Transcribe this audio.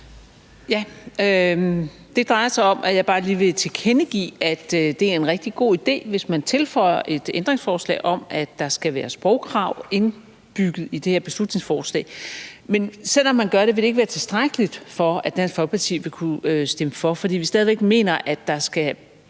Det drejer sig om, at jeg bare lige vil tilkendegive, at det er en rigtig god idé, hvis man tilføjer et ændringsforslag om, at der skal være sprogkrav indbygget i det her beslutningsforslag. Men selv om man gør det, vil det ikke være tilstrækkeligt, til at Dansk Folkeparti vil kunne stemme for, fordi vi stadig væk mener, at der skal